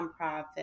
nonprofit